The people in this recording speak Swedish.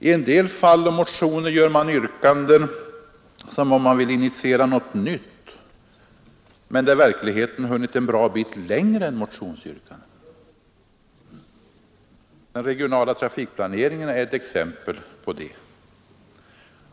I en del fall gör man yrkanden som om man ville initiera något nytt, men verkligheten har hunnit en bra bit längre än motionsyrkandena. Den regionala trafikplaneringen är ett exempel på det.